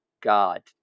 god